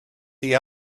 the